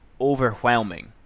overwhelming